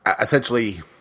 essentially